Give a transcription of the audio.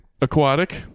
Aquatic